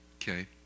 Okay